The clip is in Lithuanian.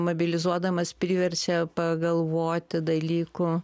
mobilizuodamas priverčia pagalvoti dalykų